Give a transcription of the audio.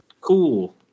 Cool